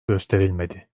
gösterilmedi